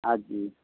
ଆଜି